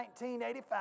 1985